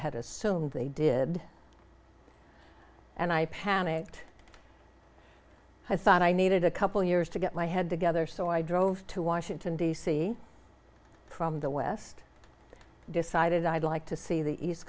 had assumed they did and i panicked i thought i needed a couple years to get my head together so i drove to washington d c from the west i decided i'd like to see the east